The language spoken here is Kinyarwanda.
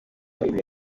ibintu